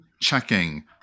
checking